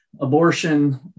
abortion